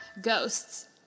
Ghosts